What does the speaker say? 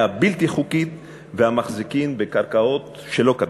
הבלתי-חוקית והמחזיקים בקרקעות שלא כדין.